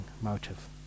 motive